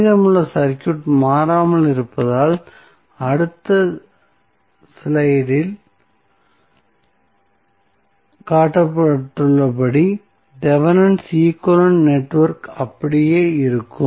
மீதமுள்ள சர்க்யூட் மாறாமல் இருப்பதால் அடுத்த ஸ்லைடில் காட்டப்பட்டுள்ளபடி தெவெனினின் ஈக்விவலெண்ட் நெட்வொர்க் அப்படியே இருக்கும்